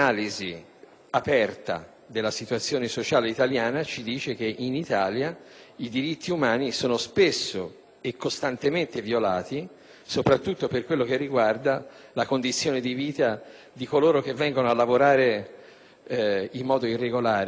situazione sociale italiana ci dice che in Italia i diritti umani sono spesso e costantemente violati, soprattutto per quanto riguarda la condizione di vita di coloro che vengono a lavorare in modo irregolare, senza